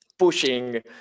Pushing